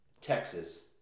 Texas